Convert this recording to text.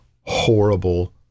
horrible